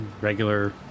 regular